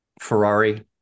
Ferrari